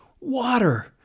Water